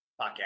podcast